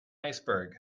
iceberg